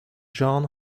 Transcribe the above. john